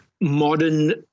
modern